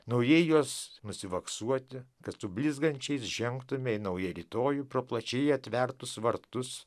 naujai juos nusivaksuoti kad su blizgančiais žengtumei į naują rytojų pro plačiai atvertus vartus